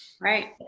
Right